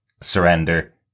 surrender